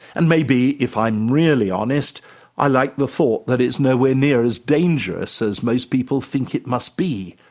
and maybe if i'm really honest i like the thought that it's nowhere near as dangerous as most people think it must be.